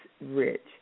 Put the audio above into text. rich